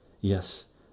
yes